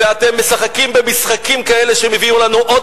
ואתם משחקים במשחקים כאלה שהביאו לנו עוד